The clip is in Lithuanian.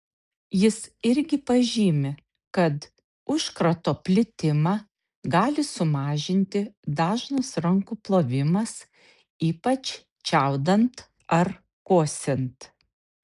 jis irgi pažymi kad užkrato plitimą gali sumažinti dažnas rankų plovimas ypač čiaudint ar kosint